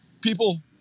people